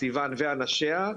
סיון ואנשיה,